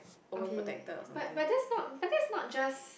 okay but but that's not but that's not just